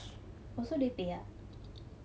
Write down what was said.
also they pay ah